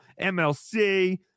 MLC